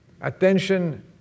attention